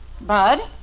Bud